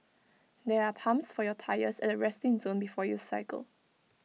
there are pumps for your tyres at the resting zone before you cycle